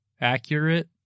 accurate